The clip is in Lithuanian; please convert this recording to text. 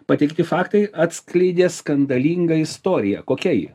pateikti faktai atskleidė skandalingą istoriją kokia ji